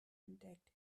entdeckt